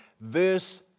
verse